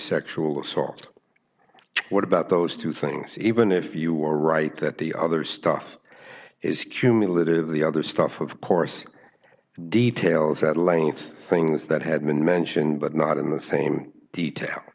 sexual assault what about those two things even if you are right that the other stuff is cumulative the other stuff of course details at length things that have been mentioned but not in the same detail